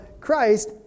Christ